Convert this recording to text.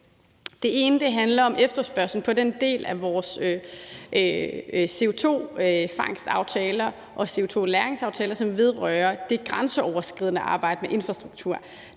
Det ene handler om efterspørgslen på den del af vores CO2-fangst-aftaler og CO2-lagrings-aftaler, som vedrører det grænseoverskridende arbejde med infrastruktur.